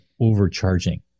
overcharging